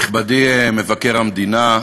נכבדי מבקר המדינה,